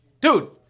Dude